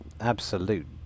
absolute